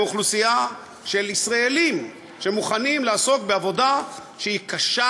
מאוכלוסייה של ישראלים שמוכנים לעסוק בעבודה שהיא קשה,